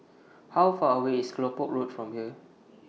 How Far away IS Kelopak Road from here